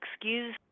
excuse